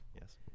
yes